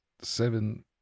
seven